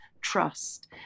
trust